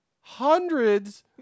hundreds